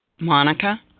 Monica